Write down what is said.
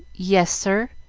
yes, sir.